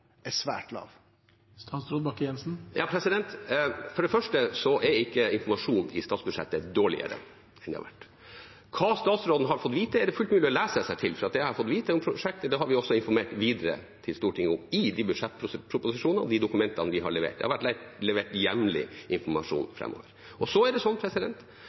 For det første er ikke informasjonen i statsbudsjettet dårligere enn den har vært. Hva statsråden har fått vite, er det fullt mulig å lese seg til, for det jeg har fått vite om prosjektet, har vi informert videre til Stortinget om i de budsjettproposisjonene, de dokumentene vi har levert. Det har vært levert jevnlig informasjon. Så er det